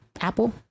Apple